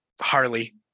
Harley